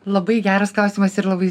labai geras klausimas ir labai